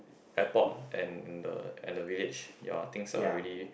airport and the and the village ya I think are really